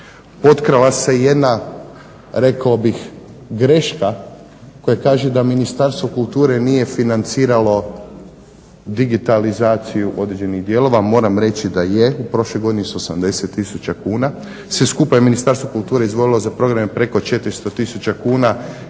potkrala se i jedna rekao bih greška koja kaže da Ministarstvo kulture nije financiralo digitalizaciju određenih dijelova. Moram reći da je u prošloj godini sa 80000 kuna. Sve skupa je Ministarstvo kulture izdvojilo za programe preko 400000 kuna